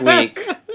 week